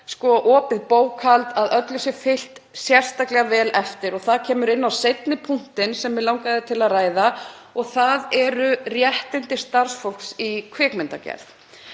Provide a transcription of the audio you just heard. á opið bókhald og að öllu sé fylgt sérstaklega vel eftir. Það kemur inn á hinn punktinn sem mig langaði til að ræða og það eru réttindi starfsfólks í kvikmyndagerð.